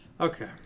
Okay